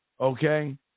Okay